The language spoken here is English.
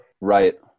right